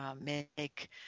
make